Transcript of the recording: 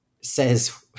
says